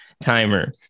timer